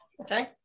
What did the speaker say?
Okay